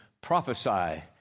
prophesy